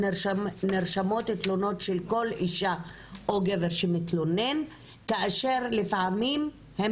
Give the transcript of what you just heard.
נרשמות תלונות של כל אישה או גבר שמתלונן כאשר לפעמים הם